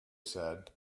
said